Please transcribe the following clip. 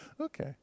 Okay